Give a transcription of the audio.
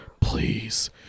please